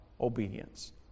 obedience